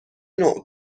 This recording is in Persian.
نوع